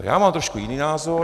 Já mám trošku jiný názor.